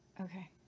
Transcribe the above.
Okay